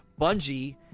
Bungie